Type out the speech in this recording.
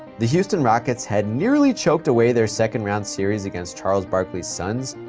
the houston rockets had nearly choked away their second-round series against charles barkley's suns,